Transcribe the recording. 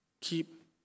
Keep